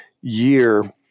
year